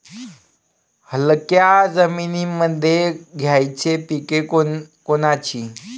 हलक्या जमीनीमंदी घ्यायची पिके कोनची?